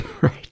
right